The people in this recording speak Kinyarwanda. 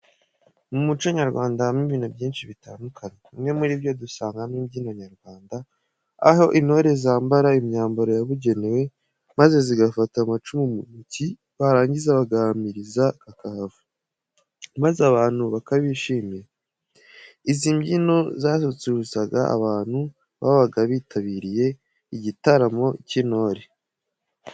Mu muco nyarwanda habamo ibintu byinshi bitandukanye. Bimwe muri byo dusangamo imbyino nyarwanda, aho intore zambara imyambaro yabugenewe maze zigafata amacumu mu ntoki barangiza bagahamiriza kakahava, maze abantu bakabyishimira. Izi mbyino zasusurutsaga abantu babaga bitabiriye igitaramo cy'intore.